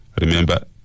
Remember